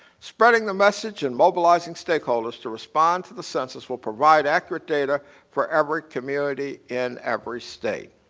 spreading the message and mobilizing stakeholders to respond to the census will provide accurate data for every community in every state.